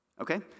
Okay